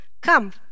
Come